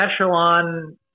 echelon